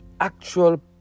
actual